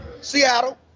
Seattle